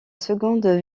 seconde